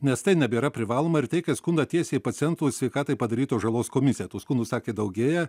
nes tai nebėra privaloma ir teikia skundą tiesiai pacientų sveikatai padarytos žalos komisiją tų skundų sakėt daugėja